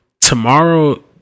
tomorrow